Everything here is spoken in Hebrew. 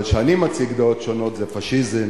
אבל כשאני מציג דעות שונות זה פאשיזם,